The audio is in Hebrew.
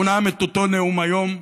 הוא נאם את אותו נאום היום.